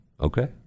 okay